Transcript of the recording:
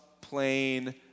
plain